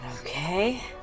Okay